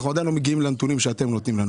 אנחנו עדיין לא מגיעים לנתונים שאתם נותנים לנו.